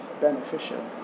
beneficial